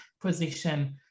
position